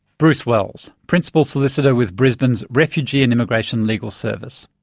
bruce wells, principal solicitor with brisbane's refugee and immigration legal service.